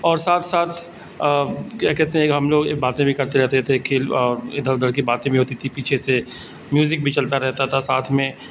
اور ساتھ ساتھ کیا کہتے ہیں کہ ہم لوگ باتیں بھی کرتے رہتے تھے کھیل ادھر ادھر کی باتیں بھی ہوتی تھی پیچھے سے میوزک بھی چلتا رہتا تھا ساتھ میں